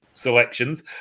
selections